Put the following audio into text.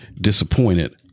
disappointed